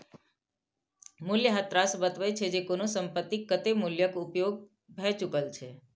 मूल्यह्रास बतबै छै, जे कोनो संपत्तिक कतेक मूल्यक उपयोग भए चुकल छै